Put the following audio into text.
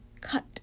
Cut